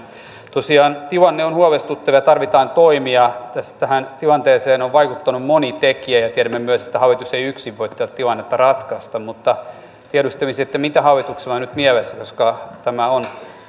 tosiaan tilanne on huolestuttava ja tarvitaan toimia tähän tilanteeseen on vaikuttanut moni tekijä ja tiedämme myös että hallitus ei yksin voi tätä tilannetta ratkaista mutta tiedustelisin mitä hallituksella on nyt mielessä koska tämä on